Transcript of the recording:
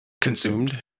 Consumed